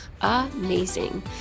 amazing